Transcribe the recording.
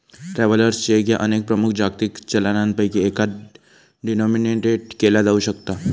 travellers cheque ह्या अनेक प्रमुख जागतिक चलनांपैकी एकात डिनोमिनेटेड केला जाऊ शकता